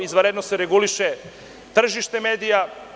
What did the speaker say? Izvanredno se reguliše tržište medija.